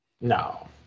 No